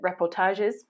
reportages